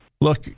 look